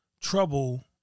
trouble